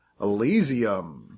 Elysium